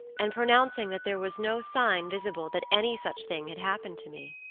and pronouncing that there was no sign visible that any such thing had happened to me.